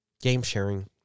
game-sharing